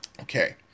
Okay